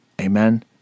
Amen